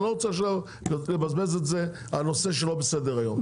אני לא רוצה עכשיו לבזבז את זה על נושא שלא בסדר היום.